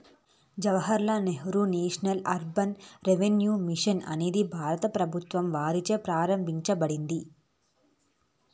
Jawahar Lal Nehru national urban renewal mission అనేది భారత ప్రభుత్వం వారిచే ప్రారంభించబడింది